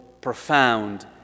profound